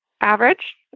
average